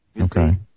Okay